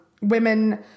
Women